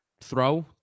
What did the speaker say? throw